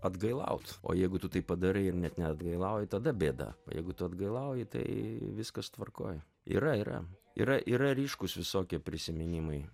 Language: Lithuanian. atgailaut o jeigu tu tai padarai ir net neatgailauji tada bėda jeigu tu atgailauji tai viskas tvarkoj yra yra yra yra ryškūs visokie prisiminimai